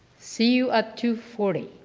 see you at two forty.